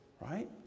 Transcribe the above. Right